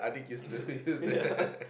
ya